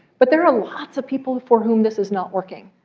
but there are lots of people for whom this is not working,